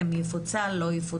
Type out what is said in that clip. אם יפוצל או לא יפוצל,